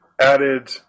added